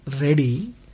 ready